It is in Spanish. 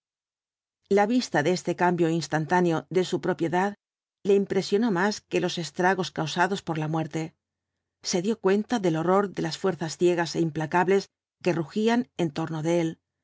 la vista de este cambio instantáneo de su propiedad le impresionó más que los estragos causados por la muerte se dio cuenta del horror de las fuerzas ciegas é implacables que rugían en torno de él